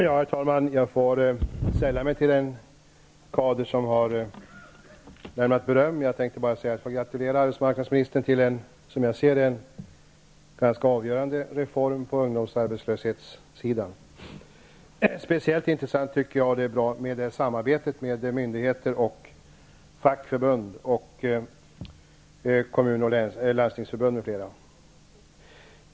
Herr talman! Jag får sälla mig till den kader som har kommit med beröm. Jag tänkte bara gratulera arbetsmarknadsministern till en som jag ser det ganska avgörande reform på ungdomsarbetslöshetssidan. Speciellt bra tycker jag att det är med samarbetet med myndigheter, fackförbund, Kommun och Landstingsförbund, m.fl.